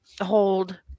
hold